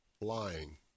lying